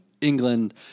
England